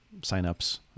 signups